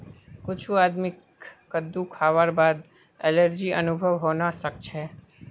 कुछ आदमीक कद्दू खावार बादे एलर्जी अनुभव हवा सक छे